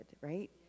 right